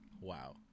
Wow